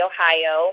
Ohio